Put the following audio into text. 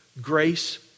grace